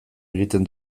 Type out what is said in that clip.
egiten